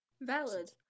Valid